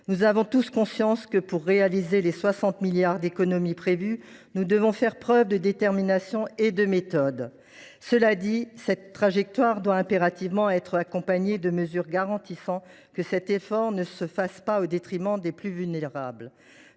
Nous avons tous conscience que pour réaliser les 60 milliards d’économies prévues, nous devrons faire preuve de détermination et de méthode. Cela dit, cette trajectoire doit impérativement être accompagnée de mesures destinées à garantir que l’effort ne se fasse pas au détriment des plus vulnérables.